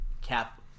Cap